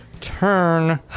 turn